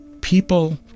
people